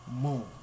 Moon